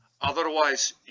otherwise